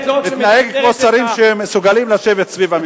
תתנהג כמו שרים שמסוגלים לשבת סביב שולחן הממשלה.